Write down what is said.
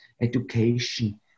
education